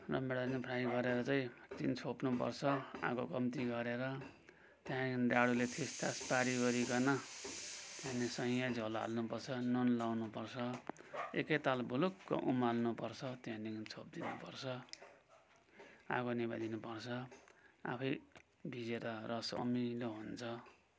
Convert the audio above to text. रमभेडा पनि फ्राई गरेर चाहिँ एकछिन छोप्नुपर्छ आगो कम्ती गरेर त्यहाँदेखि डाडुले थिचथाच पारिओरिकन त्यहाँदेखि स्वाइय झोल हाल्नु पर्छ नुन लाउनु पर्छ एकैताल भुलुक्क उमाल्नु पर्छ त्यहाँदेखि छोप्दिनु पर्छ आगो निभाइदिनु पर्छ आफै भिजेर रस अमिलो हुन्छ